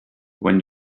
when